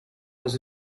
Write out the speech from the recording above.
was